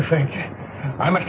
i think i'm a